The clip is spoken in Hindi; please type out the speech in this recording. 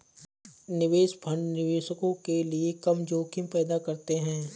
निवेश फंड निवेशकों के लिए कम जोखिम पैदा करते हैं